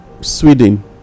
sweden